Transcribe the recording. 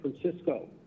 Francisco